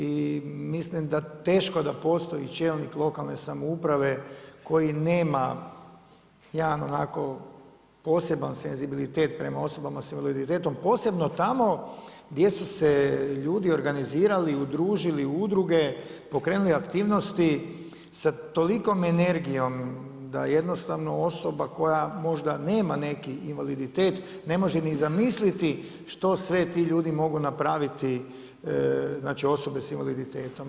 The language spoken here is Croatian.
I mislim da teško da postoji čelnik lokalne samouprave koji nema jedan onako poseban senzibilitet prema osobama sa invaliditetom posebno tamo gdje su se ljudi organizirali, udružili u udruge, pokrenuli aktivnosti sa tolikom energijom da jednostavno osoba koja možda nema neki invaliditet ne može ni zamisliti što sve ti ljudi mogu napraviti, znači osobe sa invaliditetom.